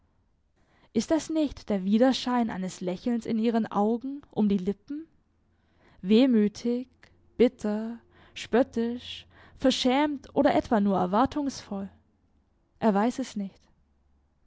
ist das nicht der widerschein eines lächelns in ihren augen um die lippen wehmütig bitter spöttisch verschämt oder etwa nur erwartungsvoll er weiß es nicht